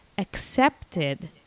accepted